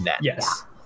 Yes